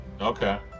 okay